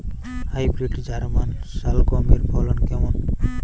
Hybrid German শালগম এর ফলন কেমন?